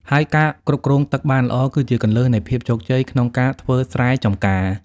ហើយការគ្រប់គ្រងទឹកបានល្អ គឺជាគន្លឹះនៃភាពជោគជ័យក្នុងការធ្វើស្រែចំការ។